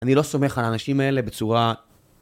אני לא סומך על האנשים האלה בצורה